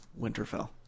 Winterfell